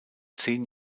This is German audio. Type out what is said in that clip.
zehn